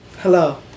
Hello